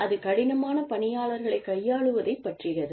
அது கடினமான பணியாளர்களைக் கையாளுவதைப் பற்றியது